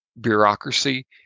bureaucracy